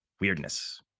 weirdness